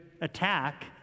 attack